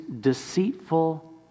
deceitful